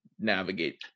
navigate